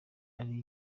hari